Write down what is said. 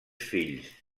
fills